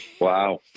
Wow